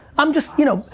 i'm just, you know,